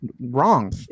wrong